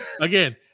Again